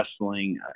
wrestling